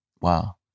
wow